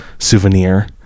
souvenir